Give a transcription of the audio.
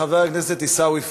חבר הכנסת עיסאווי פריג'.